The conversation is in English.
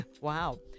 Wow